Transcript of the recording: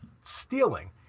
stealing